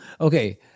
okay